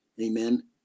Amen